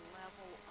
level